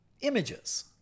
images